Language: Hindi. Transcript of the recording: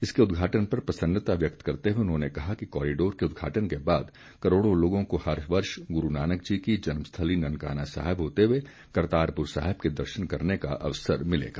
इसके उद्घाटन पर प्रसन्नता व्यक्त करते हुए उन्होंने कहा कि कॉरिडोर के उद्घाटन के बाद करोड़ों लोगों को हर वर्ष गुरू नानक जी की जन्मस्थली ननकाना साहिब होते हुए करतारपुर साहिब के दर्शन करने का अवसर मिलेगा